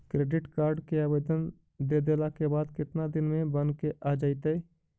Credit card के आवेदन दे देला के बाद केतना दिन में बनके आ जइतै?